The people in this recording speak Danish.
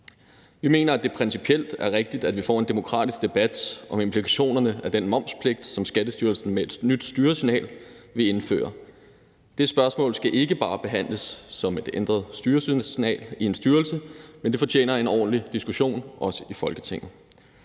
Vi mener, at det principielt er rigtigt, at vi får en demokratisk debat om implikationerne af den momspligt, som Skattestyrelsen med et nyt styresignal vil indføre. Det spørgsmål skal ikke bare behandles som et ændret styresignal i en styrelse, men det fortjener en ordentlig diskussion, også i Folketinget.